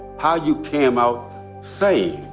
how you came out sane?